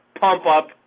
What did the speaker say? pump-up